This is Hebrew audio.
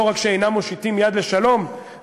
לא רק שאינם מושיטים יד לשלום,